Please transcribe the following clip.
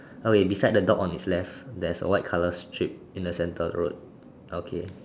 okay beside the dog on its left there's a white color strip in the center of the road okay